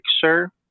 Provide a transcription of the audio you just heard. picture